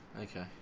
okay